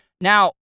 Now